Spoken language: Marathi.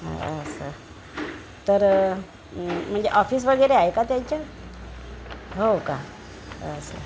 आ असं तर म्हणजे ऑफिस वगैरे आहे का त्यांचं हो का असं